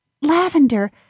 Lavender